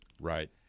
Right